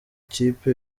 kipe